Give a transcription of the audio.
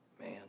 Man